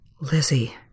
Lizzie